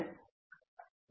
ಆದುದರಿಂದ ನೀವು ಹೇಳುವ ವಿಷಯವಲ್ಲ